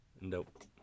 Nope